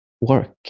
work